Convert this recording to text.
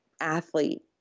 athlete